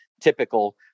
typical